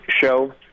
show